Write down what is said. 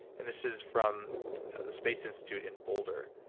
and this is from the space institute in boulder.